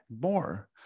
more